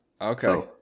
Okay